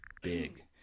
big